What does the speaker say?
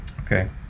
Okay